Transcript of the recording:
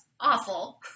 awful